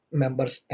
members